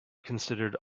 considered